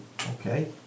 Okay